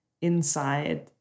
inside